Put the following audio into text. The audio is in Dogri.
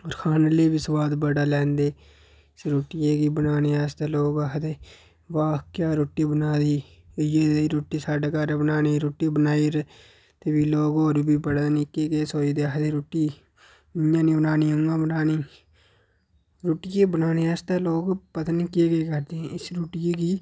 कुछ खाने लेई बी सोआद बड़ा लैंदे ते रुट्टियै गी बनाने आस्तै लोक आखदे वाह् क्या रुट्टी बना दी इ'यै देही रुट्टी साढ़े घर बनानी रुट्टी बनाई र ते भी लोक होर बी पता निं केह् केह् सोचदे कि रुट्टी इ'यां निं बनानी उ'आं बनानी रुट्टियै गी बनाने आस्तै लोग पता निं केह् केह् करदे इसी रुट्टियै गी